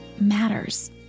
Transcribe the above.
matters